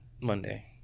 Monday